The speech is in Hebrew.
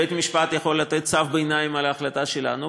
בית-המשפט יכול לתת צו ביניים על ההחלטה שלנו,